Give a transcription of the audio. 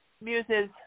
Muses